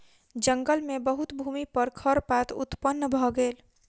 जंगल मे बहुत भूमि पर खरपात उत्पन्न भ गेल